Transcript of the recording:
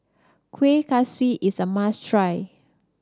Kueh Kaswi is a must try